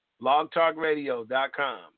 Logtalkradio.com